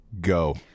Go